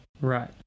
Right